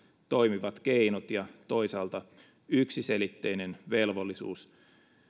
toimivat keinot ja toisaalta yksiselitteinen velvollisuus